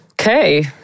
Okay